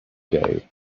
day